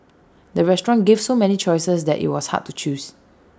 the restaurant gave so many choices that IT was hard to choose